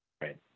Right